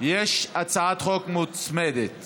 יש הצעת חוק מוצמדת